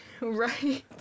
Right